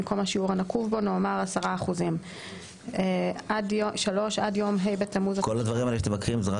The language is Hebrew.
במקום השיעור הנקוב בו נאמר "10%"; כל הדברים האלה שאתם מקריאים מראה